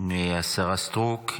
מהשרה סטרוק.